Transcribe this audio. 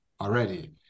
already